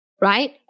Right